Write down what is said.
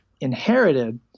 inherited